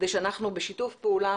כדי שאנחנו בשיתוף פעולה,